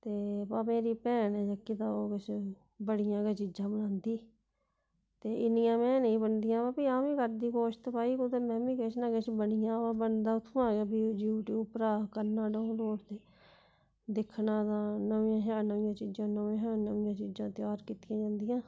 ते बा मेरी भैन ऐ जेह्की तां ओह् किश बड़ियां गै चीजां बनांदी ते इन्नियां में नेईं बनदियां बा फ्ही आम्मी करदी कोशट कुदै ते मैमी किश ना किश बनिया बा बनदा उत्थुआं गै फ्ही यूट्यूब उप्परा गै करना डाउनलोड ते दिक्खना ते नमियें शा नमियां चीजां तेआर कीतियां जंदियां